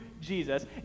Jesus